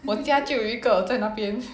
我家就有一个在那边